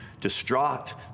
distraught